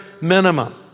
minimum